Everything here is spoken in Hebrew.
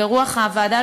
ברוח ישיבת הוועדה,